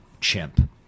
chimp